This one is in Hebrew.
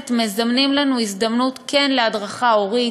שהם מזמנים לנו הזדמנות כן להדרכה הורית,